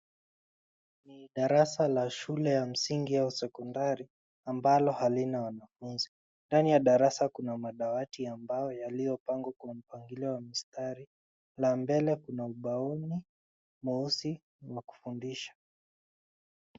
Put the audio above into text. Darasa la shule la msingi au sekondari ambalo halina wanafunzi. Ndani ya darasa kuna madawati ambao yaliyopangwa kwa mpangilio wa mistari na mbele kuna ubaoni mweusi wa kufundisha.